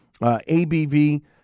ABV